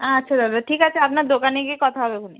আচ্ছা দাদা ঠিক আছে আপনার দোকানে গিয়ে কথা হবেখনে